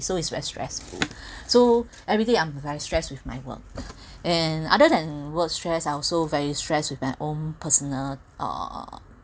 so it's very stressful so everyday I'm very stress with my work and other than work stress I also very stress with my own personal uh